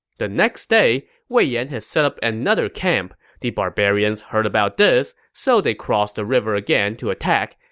the next day, wei yan had set up another camp. the barbarians heard about this, so they crossed the river again to attack,